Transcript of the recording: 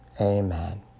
Amen